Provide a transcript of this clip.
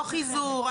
לא חיזור.